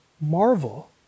marvel